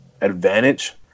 advantage